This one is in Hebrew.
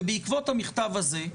בעקבות המכתב הזה,